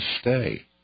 stay